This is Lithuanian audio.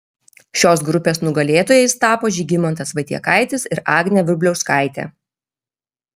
šios grupės nugalėtojais tapo žygimantas vaitiekaitis ir agnė vrubliauskaitė